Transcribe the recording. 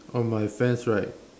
on my fence right